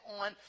on